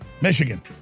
Michigan